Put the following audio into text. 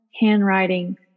handwriting